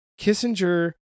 kissinger